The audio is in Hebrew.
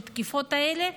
מהתקיפות האלה,